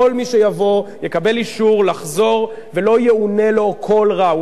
כל מי שיבוא יקבל אישור לחזור ולא יאונה לו כל רע.